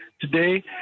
today